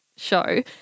show